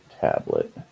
tablet